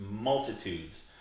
multitudes